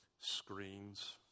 Screens